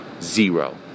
Zero